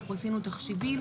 אנחנו עשינו תחשיבים.